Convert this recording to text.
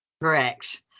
correct